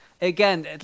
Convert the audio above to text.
Again